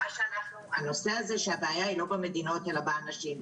הנושא הזה שהבעיה אינו במדינות אלא באנשים,